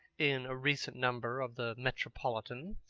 in a recent number of the metropolitan,